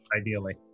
Ideally